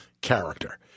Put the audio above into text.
character